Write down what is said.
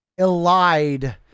elide